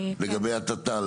לגבי התת"ל,